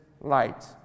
light